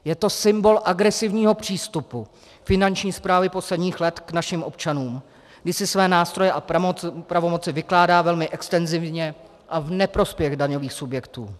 Je to symbol agresivního přístupu Finanční správy posledních let k našim občanům, kdy si své nástroje a pravomoci vykládá velmi extenzivně a v neprospěch daňových subjektů.